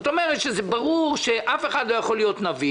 זאת אומרת שברור שאף אחד לא יכול להיות נביא